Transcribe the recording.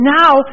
now